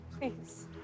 please